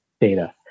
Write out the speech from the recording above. data